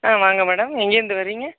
ஆ வாங்க மேடம் எங்கேந்து வரீங்க